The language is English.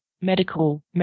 medical